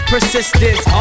Persistence